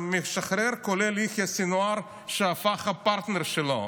משחרר, כולל יחיא סנוואר, שהפך לפרטנר שלו.